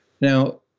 Now